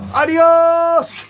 adios